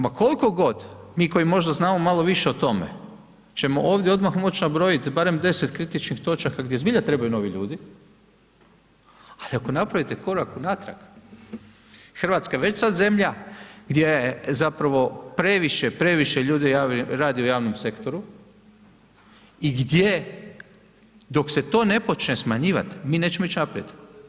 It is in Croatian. Ma koliko god, mi koji možda znamo malo više o tome ćemo ovdje odmah moći nabrojiti barem 10 kritičnih točaka gdje zbilja trebaju novih ljudi, ali ako napravite korak unatrag, Hrvatska je već sad zemlja gdje je zapravo previše, previše ljudi radi u javnom sektoru i gdje dok se to ne počne smanjivati, mi nećemo ići naprijed.